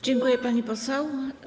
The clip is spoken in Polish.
Dziękuję, pani poseł.